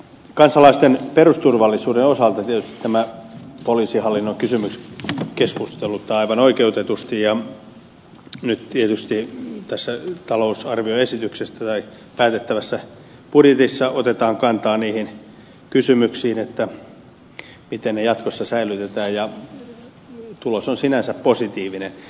kansalaisten perusturvallisuuden osalta tietysti poliisihallinnon kysymys keskusteluttaa aivan oikeutetusti ja nyt tietysti tässä päätettävässä budjetissa otetaan kantaa niihin kysymyksiin miten ne jatkossa säilytetään ja tulos on sinänsä positiivinen